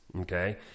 okay